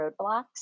roadblocks